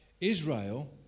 Israel